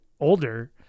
older